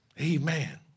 Amen